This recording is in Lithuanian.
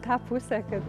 tą pusę kad